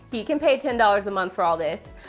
he can pay ten dollars a month for all this.